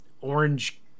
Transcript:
orange